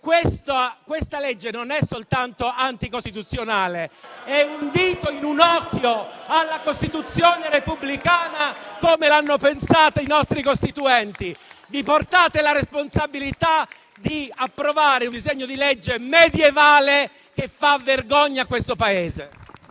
questa legge non è soltanto anticostituzionale *(Commenti)*, ma è anche un dito in un occhio alla Costituzione repubblicana, come l'hanno pensata i nostri Costituenti. Vi portate la responsabilità di approvare un disegno di legge medievale che fa vergogna a questo Paese.